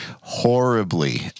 horribly